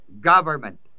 government